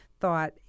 thought